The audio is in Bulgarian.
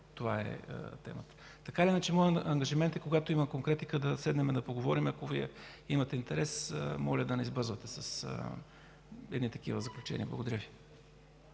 това е темата. Така или иначе, моят ангажимент е когато има конкретика, да седнем и да поговорим, ако имате интерес. Моля да не избързвате с едни такива заключения. Благодаря Ви.